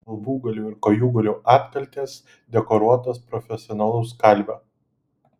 galvūgalių ir kojūgalių atkaltės dekoruotos profesionalaus kalvio